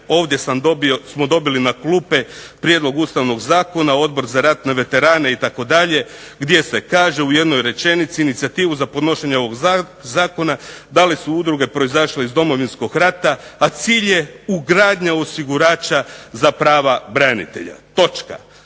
ovdje smo dobili na klupe prijedlog Ustavnog zakona Odbor za ratne veterane itd., gdje se kaže u jednoj rečenici "Inicijativu za podnošenje ovog zakona dale su udruge proizašle iz Domovinskog rata, a cilj je ugradnja osigurača za prava branitelja." Još